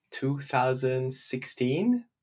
2016